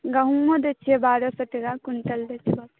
गहूॅंमो दै छी बारह सए टके क्विण्टल दै छी